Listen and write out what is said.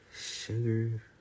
Sugar